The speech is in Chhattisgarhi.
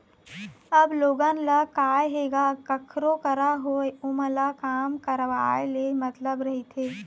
अब लोगन ल काय हे गा कखरो करा होवय ओमन ल काम करवाय ले मतलब रहिथे